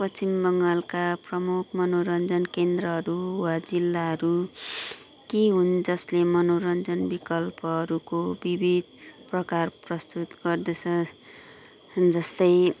पश्चिम बङ्गालका प्रमुख मनोरञ्जन केन्द्रहरू वा जिल्लाहरू ती हुन् जसले मनोरञ्जन विकल्पहरूको विविध प्रकार प्रस्तुत गर्दछ जस्तै